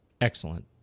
Excellent